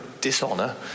dishonor